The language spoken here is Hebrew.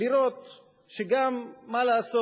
שגם מה לעשות?